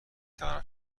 توانم